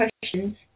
questions